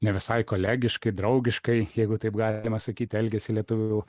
ne visai kolegiškai draugiškai jeigu taip galima sakyt elgiasi lietuvių